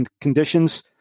conditions